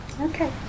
Okay